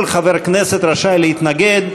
כל חבר כנסת רשאי להתנגד.